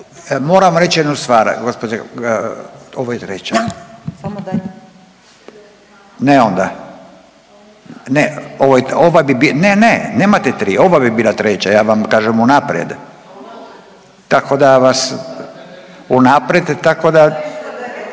Moram reći jednu stvar. Ovo je treća? Ne onda? Ne, ne. Nemate tri, ova bi bila treća. Ja vam kažem unaprijed. …/Upadica sa strane, ne čuje